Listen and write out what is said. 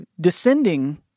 descending